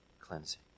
cleansing